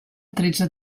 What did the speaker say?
tretze